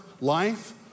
life